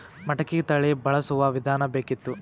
ಮಟಕಿ ತಳಿ ಬಳಸುವ ವಿಧಾನ ಬೇಕಿತ್ತು?